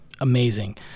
amazing